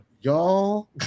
y'all